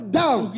down